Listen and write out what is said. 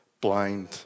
blind